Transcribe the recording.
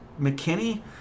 McKinney